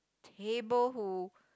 table who